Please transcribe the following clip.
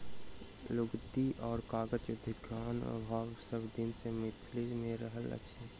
लुगदी आ कागज उद्योगक अभाव सभ दिन सॅ मिथिला मे रहल अछि